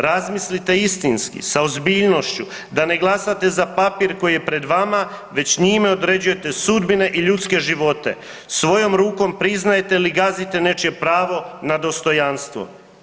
Razmislite istinski sa ozbiljnošću da ne glasate za papir koji je pred vama već njime određujete sudbine i ljudske živote svojom rukom priznajete ili gazite nečije pravo na dostojanstvo.